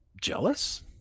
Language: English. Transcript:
Jealous